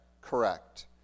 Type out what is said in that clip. correct